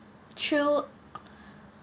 true